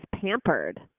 pampered